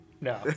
No